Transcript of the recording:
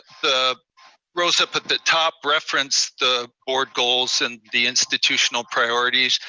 the rows up at the top reference the board goals, and the institutional priorities.